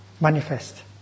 manifest